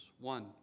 one